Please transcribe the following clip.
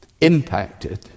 impacted